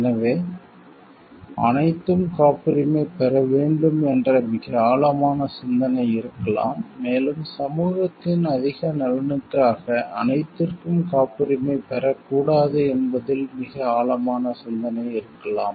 எனவே அனைத்தும் காப்புரிமை பெற வேண்டும் என்ற மிக ஆழமான சிந்தனை இருக்கலாம் மேலும் சமூகத்தின் அதிக நலனுக்காக அனைத்திற்க்கும் காப்புரிமை பெறக்கூடாது என்பதில் மிக ஆழமான சிந்தனை இருக்கலாம்